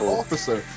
officer